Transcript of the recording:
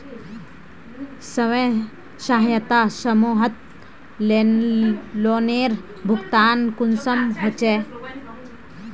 स्वयं सहायता समूहत लोनेर भुगतान कुंसम होचे?